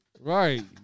Right